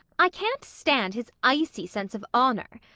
i can't stand his icy sense of honour.